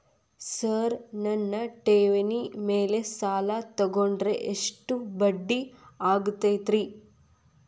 Sir ನನ್ನ ಠೇವಣಿ ಮೇಲೆ ಸಾಲ ತಗೊಂಡ್ರೆ ಎಷ್ಟು ಬಡ್ಡಿ ಆಗತೈತ್ರಿ?